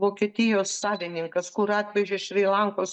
vokietijos savininkas kur atvežė šri lankos